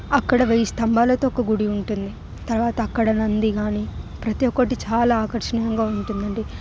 అక్కడ వెయ్యి స్తంభాలతో ఒక గుడి ఉంటుంది తర్వాత అక్కడ నంది కాని ప్రతి ఒక్కటి చాలా ఆకర్షణీయంగా ఉంటుంది